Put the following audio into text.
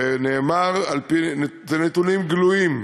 ונאמר על-פי, אלה נתונים גלויים,